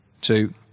two